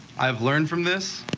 i've learned from this